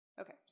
Okay